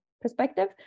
perspective